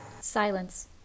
Silence